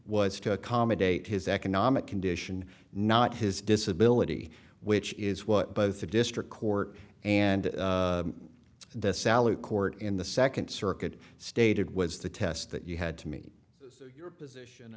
was to accommodate his economic condition not his disability which is what both the district court and the salary court in the second circuit stated was the test that you had to meet your position